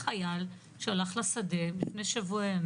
אנחנו מדברים על חיילים שמתמודדים עם פוסט טראומה,